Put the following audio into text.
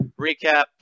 recap